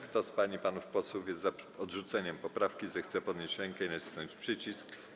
Kto z pań i panów posłów jest za odrzuceniem poprawki, zechce podnieść rękę i nacisnąć przycisk.